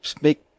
make